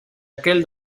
aquel